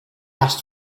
asked